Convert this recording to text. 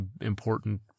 important